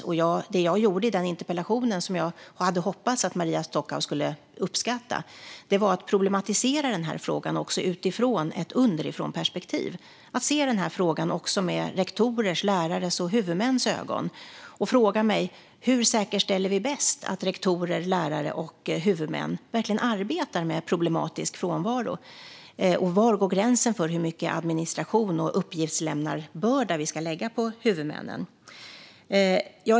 Vad jag gjorde i den interpellationsdebatten, som jag hoppades att Maria Stockhaus skulle uppskatta, var att problematisera frågan utifrån ett underifrånperspektiv - att se frågan också med rektorers, lärares och huvudmäns ögon och fråga mig hur vi bäst säkerställer att de verkligen arbetar med problematisk frånvaro. Var går gränsen för hur mycket administration och hur stor uppgiftslämnarbörda vi ska lägga på huvudmännen?